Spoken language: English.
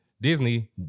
Disney